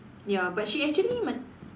ya but she actually ma~